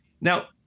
Now